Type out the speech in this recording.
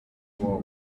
war